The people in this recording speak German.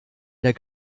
der